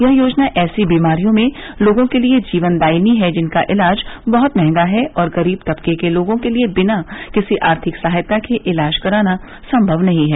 यह योजना ऐसी बीमारियों में लोगों के लिए जीवनदायिनी हैं जिनका इलाज बहुत महंगा है और गरीब तबके के लोगों के लिए बिना किसी आर्थिक सहायता के इलाज कराना संभव नहीं है